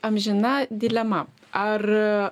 amžina dilema ar